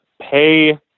pay